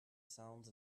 sounds